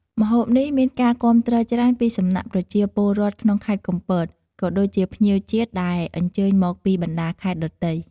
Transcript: ម្ហូបនេះមានការគាំទ្រច្រើនពីសំណាក់ប្រជាពលរដ្ឋក្នុងខេត្តកំពត ក៏ដូចជាភ្ញៀវជាតិដែលអញ្ជើញមកពីបណ្តាខេត្តដទៃ។